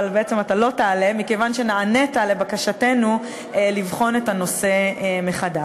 אבל בעצם אתה לא תעלה מכיוון שנענית לבקשתנו לבחון את הנושא מחדש.